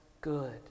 good